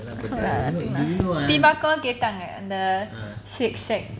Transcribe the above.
so like I think like Deepa அக்கா கேட்டாங்க:deepa akka ketanga antha the shake shack